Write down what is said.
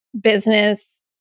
business